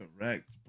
Correct